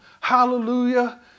Hallelujah